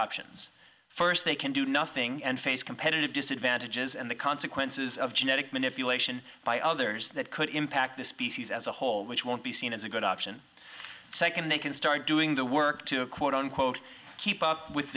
options first they can do nothing and face competitive disadvantages and the consequences of genetic manipulation by others that could impact the species as a whole which won't be seen as a good option second they can start doing the work to quote unquote keep up with